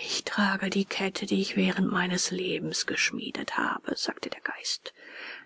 ich trage die kette die ich während meines lebens geschmiedet habe sagte der geist